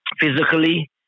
physically